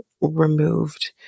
removed